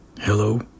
Hello